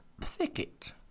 thicket